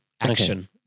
action